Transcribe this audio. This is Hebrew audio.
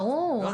ברור.